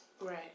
Right